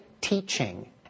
teaching